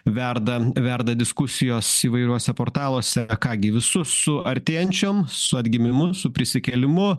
verda verda diskusijos įvairiuose portaluose ką gi visus su artėjančiom su atgimimu su prisikėlimu